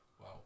Wow